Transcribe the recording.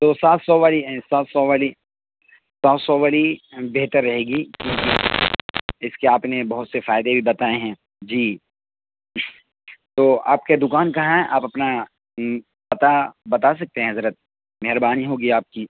تو سات سو والی سات سو والی سات سو والی بہتر رہے گی اس کے آپ نے بہت سے فائدے بھی بتائے ہیں جی تو آپ کے دکان کہاں ہے آپ اپنا پتہ بتا سکتے ہیں حضرت مہربانی ہوگی آپ کی